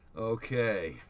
Okay